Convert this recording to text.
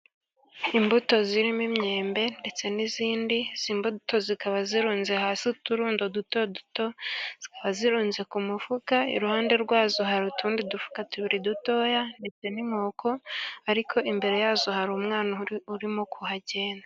Imbuto zirimo imyembe ndetse n'izindi, izo mbuto zikaba zirunze hasi uturundo duto duto, zikaba zirunze ku mufuka, iruhande rwazo hari utundi dufuka tubiri dutoya n'inkoko, ariko imbere yazo hari umwana urimo kuhagenda.